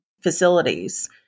facilities